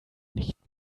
nicht